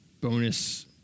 bonus